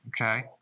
Okay